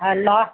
hello